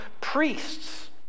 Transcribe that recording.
priests